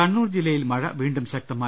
കണ്ണൂർ ജില്ലയിൽ മഴ വീണ്ടും ശകതമായി